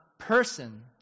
person